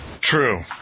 True